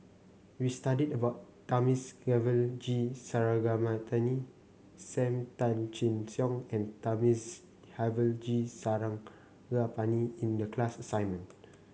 we studied about Thamizhavel G Sarangapani Sam Tan Chin Siong and Thamizhavel G Sarangapani in the class assignment